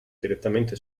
direttamente